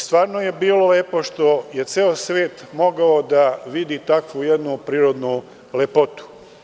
Stvarno je bilo lepo što je ceo svet mogao da vidi takvu jednu prirodnu lepotu.